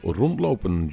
rondlopen